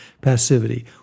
passivity